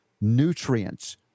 nutrients